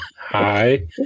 Hi